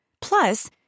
Plus